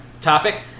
topic